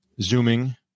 Zooming